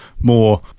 more